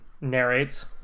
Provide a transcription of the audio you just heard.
narrates